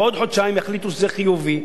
ועוד חודשיים יחליטו שזה חיובי.